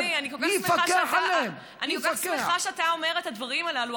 אבל אדוני, אני כל כך שמחה שאתה מי יפקח עליהם?